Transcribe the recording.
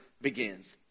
begins